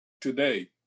today